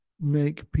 make